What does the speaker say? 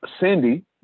Cindy